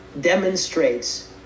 demonstrates